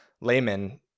layman